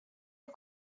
que